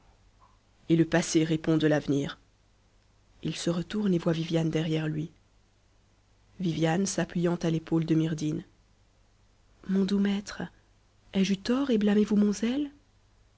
et le passé répond de l'avenir il m th t m w f lui viviane t m tm à f m atmm mon doux maître ai-je eu tort et blâmez vous mon zèle